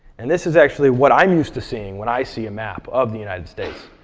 and this is actually what i'm used to seeing when i see a map of the united states,